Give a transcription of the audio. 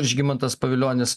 žygimantas pavilionis